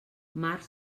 març